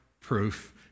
proof